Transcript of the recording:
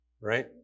right